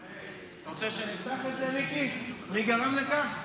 אתה רוצה שנפתח את זה, מיקי, מי גרם לכך?